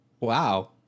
Wow